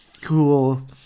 cool